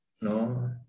no